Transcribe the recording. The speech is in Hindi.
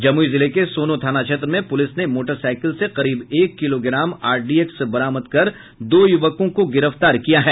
जमुई जिले के सोनो थाना क्षेत्र में पुलिस ने मोटरसाइकिल से करीब एक किलोग्राम आरडीएक्स बरामद कर दो युवकों को गिरफ्तार किया है